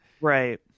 Right